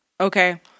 Okay